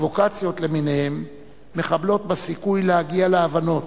פרובוקציות למיניהן מחבלות בסיכוי להגיע להבנות,